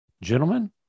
Gentlemen